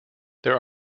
there